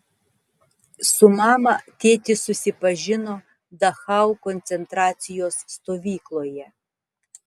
su mama tėtis susipažino dachau koncentracijos stovykloje